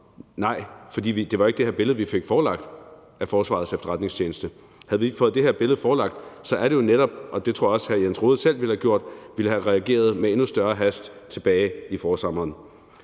Nej, for det var jo ikke det her billede, vi fik forelagt af Forsvarets Efterretningstjeneste. Havde vi fået det her billede forelagt, ville vi jo netop, og det tror jeg også hr. Jens Rohde selv ville have gjort, have reageret med endnu større hast tilbage i forsommeren.